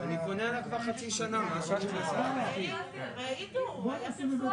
יש עוד הרבה שלבים שיעברו,